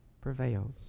prevails